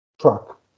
truck